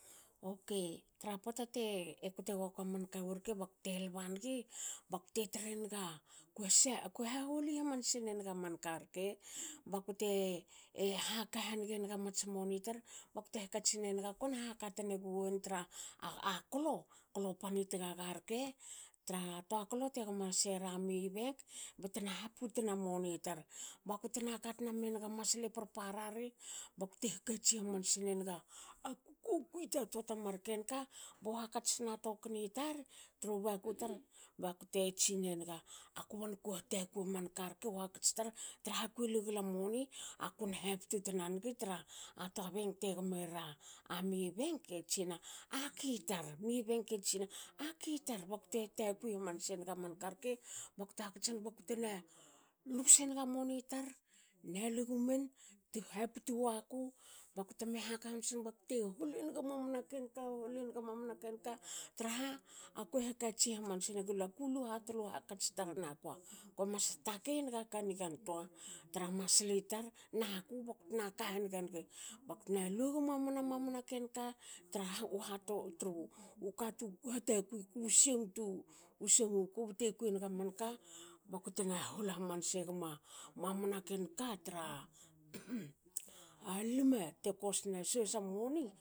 Okei tra pota te kote gakua kawu rke bakte lba nigi bakte trenaga kue se kue haholi hamanse naga manka rke. bakute haka hanige naga mats moni bakte hakatsi nenga kuena haka tne guen tra klo. klo pan tgatga rke tra klo tegmo sera mibank btena haputna moni tar. Bakutna katna menga masle parpara ri bakte hakatsi hamansi nenga kuko kui ta marken ka bu hakats tar tna tokni tar tru baku te tsinenga aku anko hatakui manka rke u hakats tar traha kue luegla moni ako na haptu tana nigi tra toa bank te gomera a mibank e tsinna,"aki tar,"bakte hatakui hamanse nig a manka rke bakte hakats nig baktena lus enaga moni tar. nalue gumen tu haptu waku bakute me haka hamansa nigi bakute hole naga mamani ken ka. lue naga mamani ken ka traha akue e hakatsi hamanse gla kulu hatolo hakats tar nakua,"ko mas hatakei enaga ka nigantoa toa tra masli tar naku baktna ka haniga nigi". baktna luegmamana mamana ken ka, traha tru ka tu hatakui u siong tu siong wuku bte kui enig amanka bakute na hol hamanse gma mamani ken ka tra a lme te cost na sohsa moni.